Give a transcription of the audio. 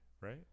right